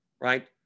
right